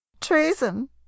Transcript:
Treason